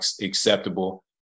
acceptable